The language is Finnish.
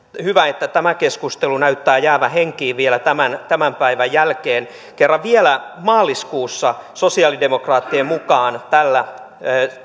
hyvä että tämä keskustelu näyttää jäävän henkiin vielä tämän tämän päivän jälkeen kun kerran vielä maaliskuussa sosialidemokraattien mukaan tällä